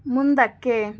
ಮುಂದಕ್ಕೆ